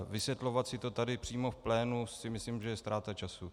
Vysvětlovat si to tady přímo v plénu si myslím, že je ztráta času.